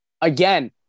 again